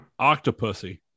Octopussy